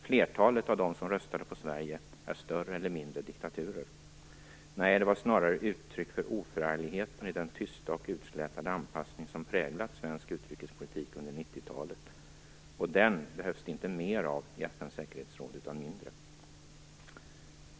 Flertalet av dem som röstade på Sverige är större eller mindre diktaturer. Nej, det var snarare uttryck för oförargligheten i den tysta och utslätade anpassning som präglat svensk utrikespolitik under 90-talet. Och den behövs det inte mer av i FN:s säkerhetsråd, utan mindre.